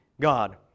God